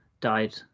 died